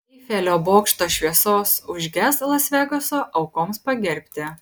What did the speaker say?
eifelio bokšto šviesos užges las vegaso aukoms pagerbti